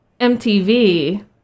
mtv